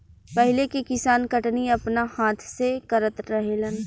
पहिले के किसान कटनी अपना हाथ से करत रहलेन